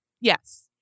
Yes